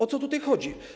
O co tutaj chodzi?